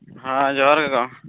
ᱦᱮᱸ ᱡᱚᱦᱟᱨ ᱜᱮ ᱜᱚ